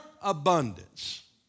abundance